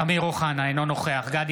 אמיר אוחנה, אינו נוכח גדי